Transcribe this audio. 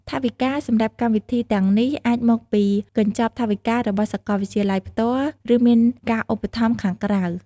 ថវិការសម្រាប់កម្មវិធីទាំងនេះអាចមកពីកញ្ចប់ថវិការបស់សាកលវិទ្យាល័យផ្ទាល់ ឬមានការឧបត្ថម្ភពីខាងក្រៅ។